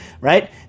right